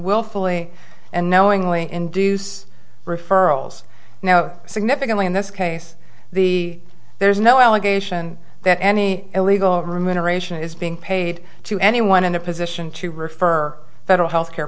willfully and knowingly induce referrals now significantly in this case the there is no allegation that any illegal remuneration is being paid to anyone in a position to refer federal health care